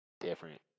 Different